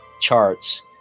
charts